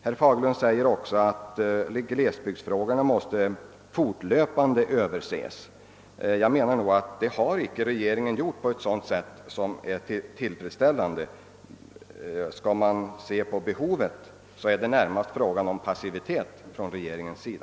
Herr Fagerlund säger också, att glesbygdsfrågorna fortlöpande måste överses. Jag anser att regeringen inte gjort det på ett tillfredsställande sätt. Om man ser på det stora behovet, finner man, att det närmast är fråga om passivitet från regeringens sida.